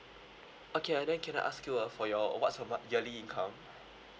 okay uh then can I ask you uh for your what's your mon~ yearly income